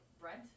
Brent